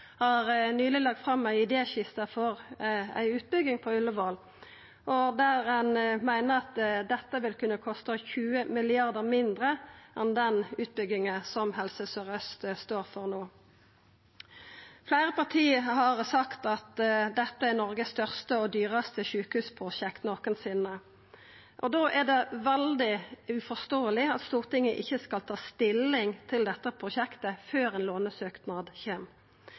har nyleg lagt fram ei idéskisse for ei utbygging på Ullevål, der ein meiner at dette vil kunna kosta 20 mrd. kr mindre enn den utbygginga som Helse Sør-Aust står for no. Fleire parti har sagt at dette er Noregs største og dyraste sjukehusprosjekt nokosinne. Da er det veldig uforståeleg at Stortinget ikkje skal ta stilling til dette prosjektet før ein lånesøknad kjem.